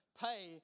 pay